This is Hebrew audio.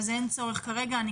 אין צורך כרגע להתייחס.